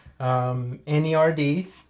Nerd